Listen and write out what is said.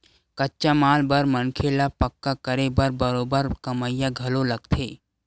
कच्चा माल बर मनखे ल पक्का करे बर बरोबर कमइया घलो लगथे